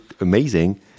amazing